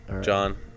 John